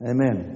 Amen